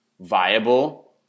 viable